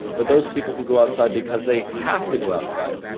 but those people who go outside because they have to go outside,